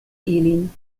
ilin